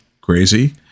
crazy